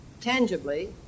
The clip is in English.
tangibly